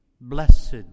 Blessed